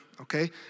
Okay